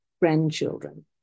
grandchildren